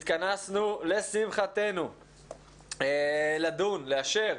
התכנסנו לשמחתנו לדון, לאשר,